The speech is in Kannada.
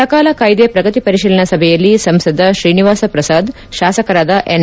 ಸಕಾಲ ಕಾಯ್ದೆ ಶ್ರಗತಿ ಪರಿತೀಲನಾ ಸಭೆಯಲ್ಲಿ ಸಂಸದ ಶ್ರೀನಿವಾಸ ಪ್ರಸಾದ್ ಶಾಸಕರಾದ ಎನ್